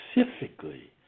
specifically